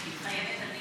מתחייבת אני